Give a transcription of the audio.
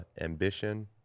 ambition